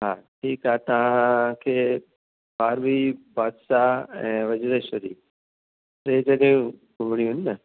हा ठीकु आहे तव्हांखे फ़ारवी भातसा ऐं वज़्रेश्वरी टे जॻहियूं घुमिणियूं आहिनि न